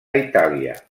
itàlia